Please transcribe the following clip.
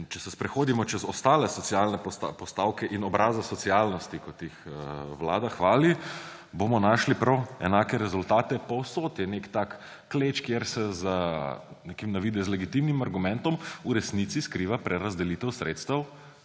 Če se sprehodimo čez ostale socialne postavke in obraze socialnosti, kot jih Vlada hvali, bomo našli prav enake rezultate. Povsod je nek tak kleč, kjer se za nekim na videz legitimnim argumentom v resnici skriva prerazdelitev sredstev